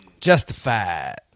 Justified